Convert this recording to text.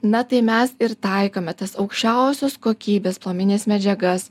na tai mes ir taikome tas aukščiausios kokybės plombines medžiagas